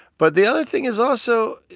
but the other thing is also,